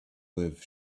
live